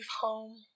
home